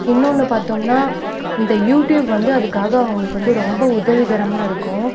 இன்னொன்று பார்த்தோம்னா இந்த யூடியூப் வந்து அதுக்காக அவங்களுக்கு வந்து ரொம்ப உதவிகரமாக இருக்கும்